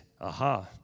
Aha